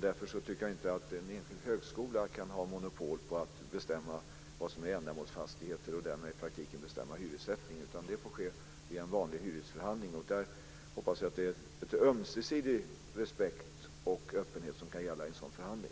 Därför tycker jag inte att en enskild högskola kan ha monopol på att bestämma vad som är ändamålsfastigheter och därmed i praktiken bestämma hyressättningen, utan det får ske via en vanlig hyresförhandling. Jag hoppas att ömsesidig respekt och öppenhet kan gälla i en sådan förhandling.